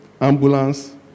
ambulance